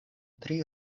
tri